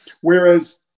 Whereas